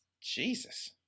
Jesus